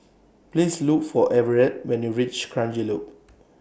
Please Look For Everette when YOU REACH Kranji Loop